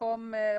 למקום פתוח,